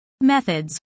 Methods